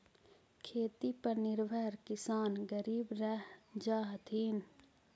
खेती पर निर्भर किसान गरीब रह जा हथिन